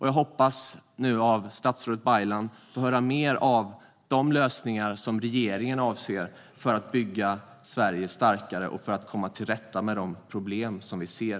Jag hoppas nu få höra mer från statsrådet Baylan om de lösningar som regeringen avser att föreslå för att bygga Sverige starkare och för att komma till rätta med de problem som vi ser.